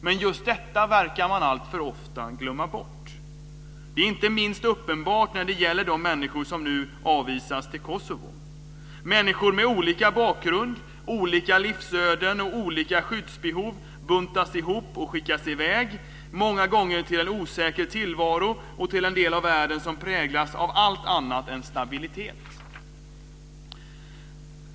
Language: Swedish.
Men just detta verkar man alltför ofta glömma bort. Det är inte minst uppenbart när det gäller de människor som nu avvisas till Kosovo. Människor med olika bakgrund, olika livsöden och olika skyddsbehov buntas ihop och skickas iväg, många gånger till en osäker tillvaro och till en del av världen som präglas av allt annat än stabilitet.